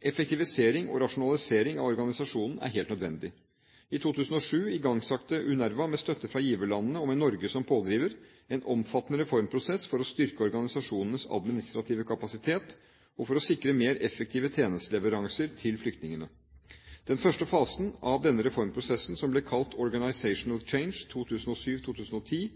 Effektivisering og rasjonalisering av organisasjonen er helt nødvendig. I 2007 igangsatte UNRWA, med støtte fra giverlandene og med Norge som pådriver, en omfattende reformprosess for å styrke organisasjonens administrative kapasitet og for å sikre mer effektive tjenesteleveranser til flyktningene. Den første fasen av denne reformprosessen, som ble kalt «Organizational Change, 2007–2010»,